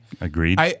Agreed